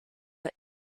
der